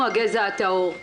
אנחנו הגזע הטהור.